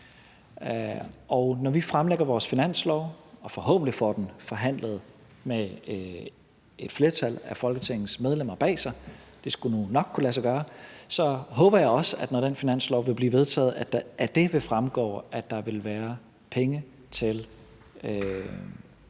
Og når vi fremsætter vores finanslovsforslag og forhåbentlig får det forhandlet igennem med et flertal af Folketingets medlemmer bag – det skulle nu nok kunne lade sig gøre – så håber jeg også, at det fremgår, at når den finanslov bliver vedtaget, vil der være penge til